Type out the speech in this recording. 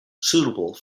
suitable